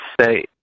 say